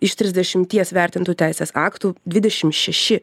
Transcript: iš trisdešimties vertintų teisės aktų dvidešim šeši